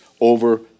over